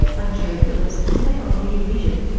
i'm keri phillips and today on rear vision,